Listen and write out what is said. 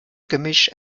gemisch